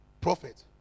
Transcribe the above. prophet